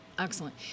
Excellent